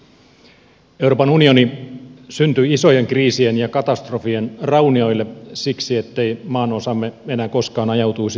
euroopan unioni syntyi isojen kriisien ja katastrofien raunioille siksi ettei maanosamme enää koskaan ajautuisi suursotaan